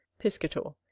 piscator.